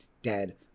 dead